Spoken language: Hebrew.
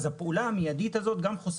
לא צריך